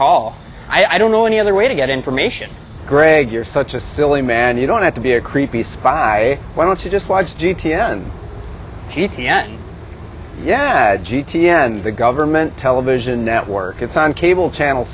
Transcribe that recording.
hall i don't know any other way to get information greg you're such a silly man you don't have to be a creepy spy why don't you just watch g t n t t n yeah g t n the government television network it's on cable channel